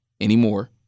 anymore